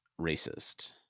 racist